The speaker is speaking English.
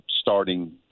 starting